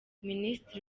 minisitiri